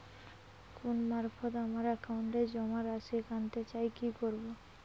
Phone মারফত আমার একাউন্টে জমা রাশি কান্তে চাই কি করবো?